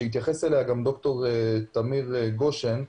שהתייחס אליה גם ד"ר תמיר גשן.